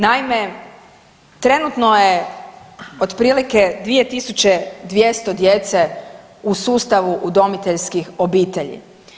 Naime, trenutno je otprilike 202.000 djece u sustavu udomiteljskih obitelji.